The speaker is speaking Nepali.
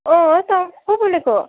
अँ हो त को बोलेको